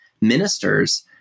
ministers